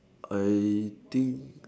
I think